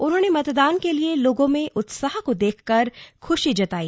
उन्होंने मतदान के लिए लोगों में उत्साह को देखकर खुशी जताई